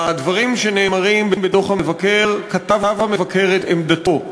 הדברים הנאמרים בדוח המבקר, כתב המבקר את עמדתו,